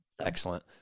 Excellent